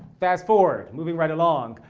fast forward, moving right along.